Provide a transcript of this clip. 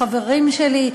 חברים שלי,